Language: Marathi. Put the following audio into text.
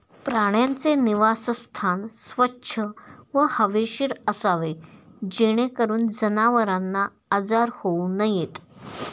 प्राण्यांचे निवासस्थान स्वच्छ व हवेशीर असावे जेणेकरून जनावरांना आजार होऊ नयेत